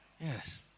Yes